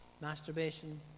masturbation